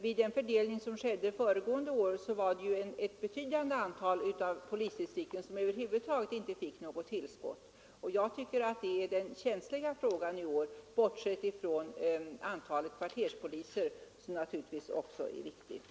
Vid den fördelning som gjordes föregående år var det ju ett betydande antal av polisdistrikten som över huvud taget inte fick något tillskott. Jag tycker att det är den känsliga frågan i år — bortsett från antalet kvarterspoliser, som naturligtvis också är viktigt.